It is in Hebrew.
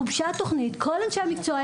גובשה תוכנית, כל אנשי המקצוע.